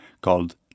called